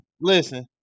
listen